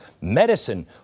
medicine